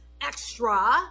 extra